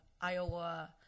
Iowa